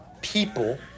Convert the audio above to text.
people